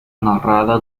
narrada